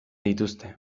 dituzte